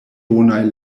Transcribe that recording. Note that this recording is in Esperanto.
bonaj